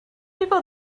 people